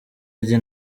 rye